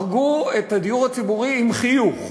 הרגו את הדיור הציבורי עם חיוך.